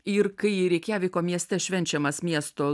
ir kai reikjaviko mieste švenčiamas miesto